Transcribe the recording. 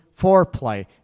foreplay